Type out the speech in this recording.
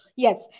Yes